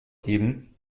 geben